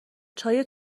چای